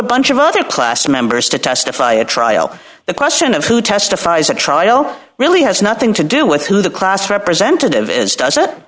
a bunch of other class members to testify at trial the question of who testifies at trial really has nothing to do with who the class representative is